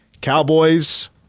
Cowboys